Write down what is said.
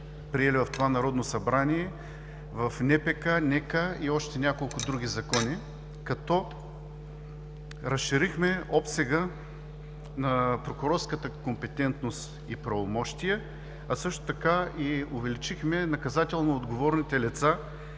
направили в това Народно събрание, в НПК, НК и още няколко други закони, като разширихме обсега на прокурорската компетентност и правомощия, а също така и увеличихме наказателно отговорните лица